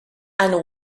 and